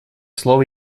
слово